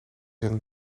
een